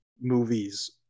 movies